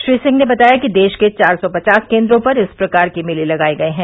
श्री सिंह ने बताया कि देश के चार सौ पवास केन्द्रों पर इस प्रकार के मेले लगाये गये है